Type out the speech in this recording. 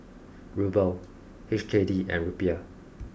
Ruble H K D and Rupiah